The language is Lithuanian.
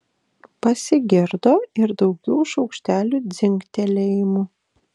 pasigirdo ir daugiau šaukštelių dzingtelėjimų